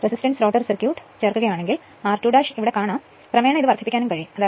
resistance rotor circuit ചേർക്കുകയാണെങ്കിൽ r2 ഇവിടെയുണ്ട്